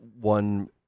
one